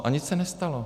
A nic se nestalo.